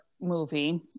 movie